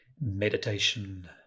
Meditation